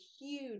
huge